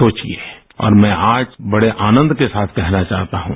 सोविए और मैं आज बड़े आनंद के साथ कहना चाहता हूं